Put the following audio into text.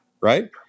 Right